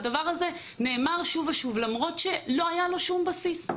הדבר הזה נאמר שוב ושוב למרות שלא היה לו שום בסיס.